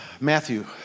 Matthew